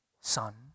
Son